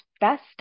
best